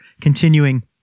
continuing